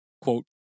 quote